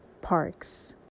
Parks